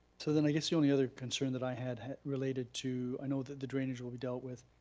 so then i guess the only other concern that i had had related to, i know that the drainage will be dealt with,